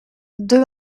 deux